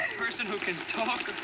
person who can talk